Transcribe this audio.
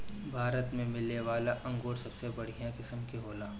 भारत में मिलेवाला अंगूर सबसे बढ़िया किस्म के होला